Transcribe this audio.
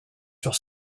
sur